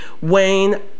Wayne